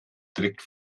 direkt